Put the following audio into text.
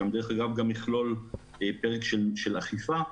שיכלול גם פרק של אכיפה,